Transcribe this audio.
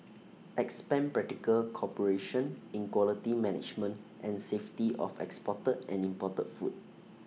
expand practical cooperation in quality management and safety of exported and imported food